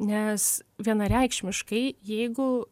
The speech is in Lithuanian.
nes vienareikšmiškai jeigu